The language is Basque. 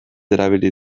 erabili